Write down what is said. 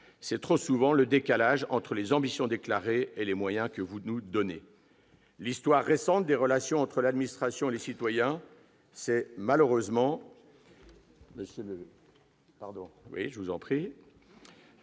trop souvent constaté entre les ambitions déclarées et les moyens que vous nous donnez. L'histoire récente des relations entre l'administration et les citoyens est malheureusement